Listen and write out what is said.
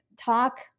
talk